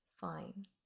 fine